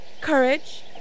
Courage